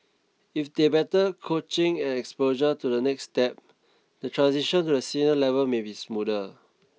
if they have better coaching and exposure to the next step the transition to the senior level may be smoother